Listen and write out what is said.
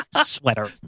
sweater